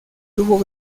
tuvo